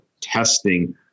testing